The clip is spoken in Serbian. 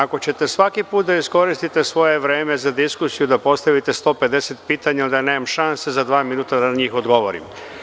Ako ćete svaki put da iskoristite svoje vreme za diskusiju da postavite 150 pitanja, onda nemam šanse da na njih odgovorim.